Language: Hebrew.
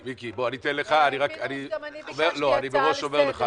לא שומעים.